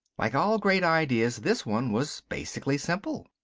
like all great ideas, this one was basically simple.